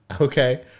Okay